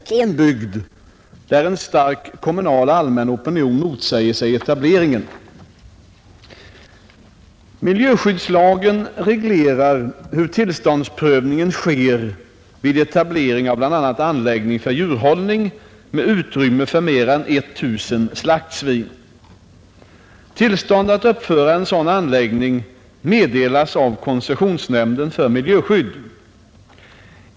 Herr talman! Herr Hedin har frågat om jag anser det vara principiellt riktigt att tillåta etablering av en fläskfabrik i en bygd där en stark kommunal och allmän opinion motsätter sig etableringen. Miljöskyddslagen reglerar hur tillståndsprövningen sker vid etablering av bl.a. anläggning för djurhållning med utrymme för mer än 1 000 slaktsvin. Tillstånd att uppföra en sådan anläggning meddelas av koncessionsnämnden för miljöskydd.